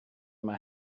yma